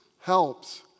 helps